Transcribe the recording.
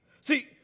See